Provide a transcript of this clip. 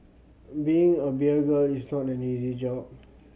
being a beer girl is not an easy job